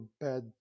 bad